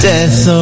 Death